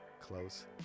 close